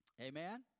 Amen